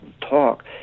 talk